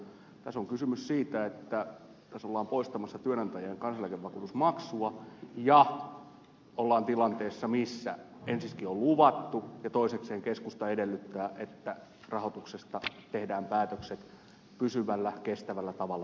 tässä on kysymys siitä että ollaan poistamassa työnantajien kansaneläkevakuutusmaksua ja ollaan tilanteessa joka ensiksikin on luvattu ja jossa toisekseen keskusta edellyttää että rahoituksesta tehdään päätökset pysyvällä kestävällä tavalla jatkossa